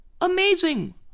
Amazing